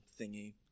thingy